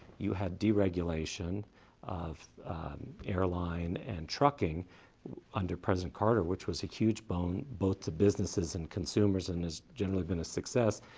you had deregulation of airline and trucking under president carter, which was a huge boone both to businesses and consumers, and has generally been a success,